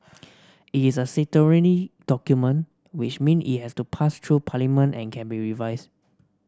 it's a statutory document which mean it has to pass through parliament and can be revised